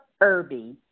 Irby